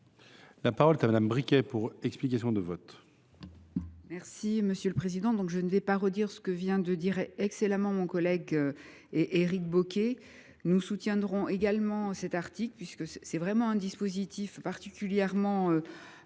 La parole est à Mme Isabelle Briquet, pour explication de vote.